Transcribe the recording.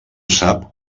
sap